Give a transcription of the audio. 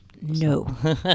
no